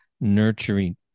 nurturing